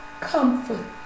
comfort